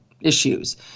issues